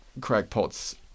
crackpots